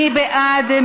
מי בעד?